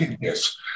yes